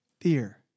fear